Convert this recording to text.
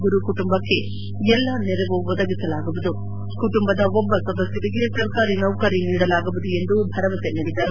ಗುರು ಕುಟುಂಬಕ್ಕೆ ಎಲ್ಲಾ ನೆರವು ಒದಗಿಸಲಾಗುವುದು ಕುಟುಂಬದ ಒಬ್ಬ ಸದಸ್ಯರಿಗೆ ಸರ್ಕಾರಿ ನೌಕರಿ ನೀಡಲಾಗುವುದು ಎಂದು ಭರವಸೆ ನೀಡಿದರು